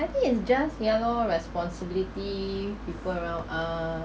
I think it's just ya lor responsibility people around us